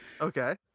Okay